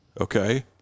Okay